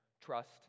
trust